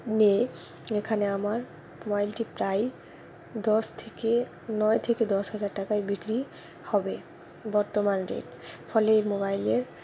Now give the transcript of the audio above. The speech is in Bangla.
নিয়ে এখানে আমার মোবাইলটি প্রায় দশ থেকে নয় থেকে দশ হাজার টাকায় বিক্রি হবে বর্তমান রেট ফলে এই মোবাইলের